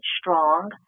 strong